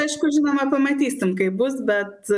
aišku žinoma pamatysim kaip bus bet